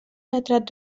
retrat